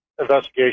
investigation